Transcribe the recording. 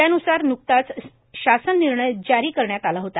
त्यान्सार न्कताच शासन निर्णय जारी करण्यात आला होता